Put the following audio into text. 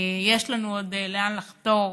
יש לנו עוד לאן לחתור